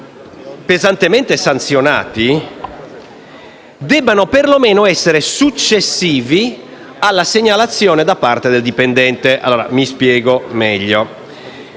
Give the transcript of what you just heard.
pesantemente sanzionati, debbano per lo meno essere successivi alla segnalazione da parte del dipendente. Mi spiego meglio: